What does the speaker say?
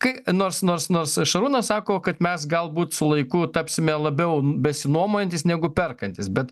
kai nors nors nors šarūnas sako kad mes galbūt su laiku tapsime labiau besinuomojantys negu perkantys bet